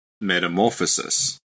metamorphosis